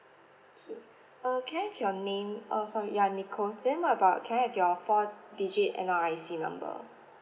okay uh can I have your name uh sorry ya nicole then what about can I have your four digit N_R_I_C number